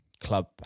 club